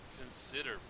Consider